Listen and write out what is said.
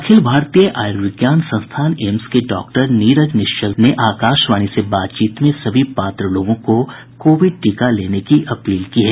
अखिल Bharatiya Ayurvigyan Sansthan AIIMS के doctor Neeraj Nischal ने आकाशवाणी से बातचीत में सभी पात्र लोगों को कोविड टीका लेने की अपील की है